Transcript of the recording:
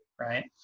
right